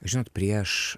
žinot prieš